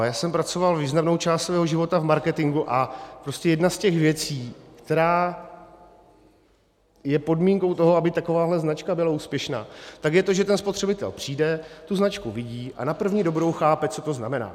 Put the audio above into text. Já jsem pracoval významnou část svého života v marketingu a prostě jedna z věcí, která je podmínkou toho, aby takováhle značka byla úspěšná, je to, že ten spotřebitel přijde, tu značku vidí a na první dobrou chápe, co to znamená.